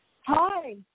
Hi